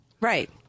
Right